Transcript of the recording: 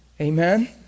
Amen